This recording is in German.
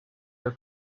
der